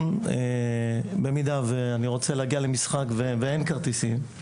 אם אני רוצה להגיע היום למשחק ואין כרטיסים,